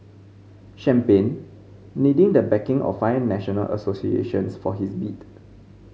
champagne needing the backing of five national associations for his bid